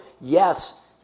yes